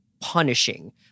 punishing